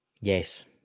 Yes